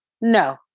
No